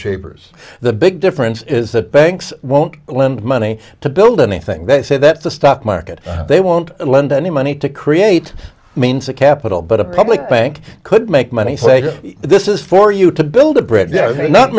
shapers the big difference is that banks won't lend money to build anything they say that the stock market they won't lend any money to create means of capital but a public bank could make money say this is for you to build a br